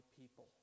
people